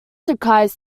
requires